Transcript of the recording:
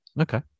Okay